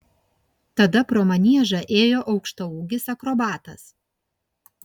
tada pro maniežą ėjo aukštaūgis akrobatas